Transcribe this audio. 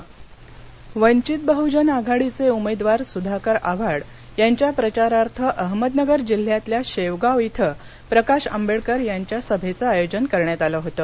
प्रचारसभा अहमदनगर वंचित बह्जन आघाडीचे उमेदवार सुधाकर आव्हाड यांच्या प्रचारार्थ अहमदनगर जिल्ह्यातल्या शेवगाव इथं प्रकाश आंबेडकर यांच्या सभेच आयोजन करण्यात आल होतं